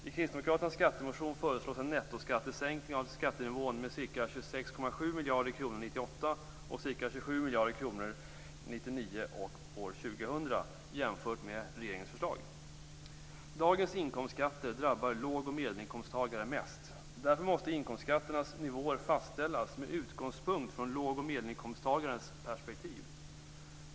I Kristdemokraternas skattemotion föreslås en nettosänkning av skattenivån med ca 26,7 miljarder kronor 1998 och ca 27 miljarder kronor 1999 och Dagens inkomstskatter drabbar låg och medelinkomsttagare mest. Därför måste inkomstskattens nivåer fastställas med utgångspunkt i låg och medelinkomsttagarens perspektiv.